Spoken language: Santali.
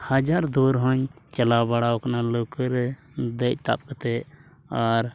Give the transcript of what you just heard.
ᱦᱟᱡᱟᱨ ᱫᱩᱣᱟᱹᱨ ᱦᱚᱧ ᱪᱟᱞᱟᱣ ᱵᱟᱲᱟᱣ ᱠᱟᱱᱟ ᱞᱟᱹᱣᱠᱟᱹ ᱨᱮ ᱫᱮᱡ ᱛᱟᱵ ᱠᱟᱛᱮᱫ ᱟᱨ